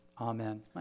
Amen